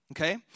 Okay